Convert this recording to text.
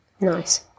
Nice